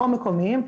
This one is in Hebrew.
או מקומיים,